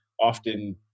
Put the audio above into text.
often